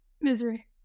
Misery